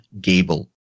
Gable